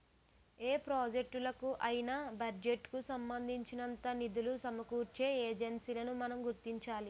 ఏ ప్రాజెక్టులకు అయినా బడ్జెట్ కు సంబంధించినంత నిధులు సమకూర్చే ఏజెన్సీలను మనం గుర్తించాలి